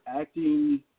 acting